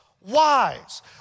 wise